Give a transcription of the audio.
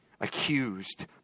accused